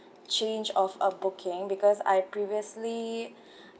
change of a booking because I previously